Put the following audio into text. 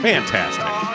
Fantastic